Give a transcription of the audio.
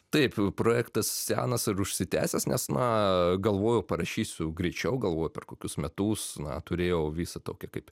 taip projektas senas ar užsitęsęs nes na galvojau parašysiu greičiau galvojau per kokius metus na turėjau visą tokią kaip